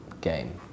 game